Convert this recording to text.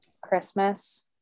Christmas